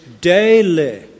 daily